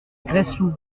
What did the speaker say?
gresloup